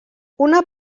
una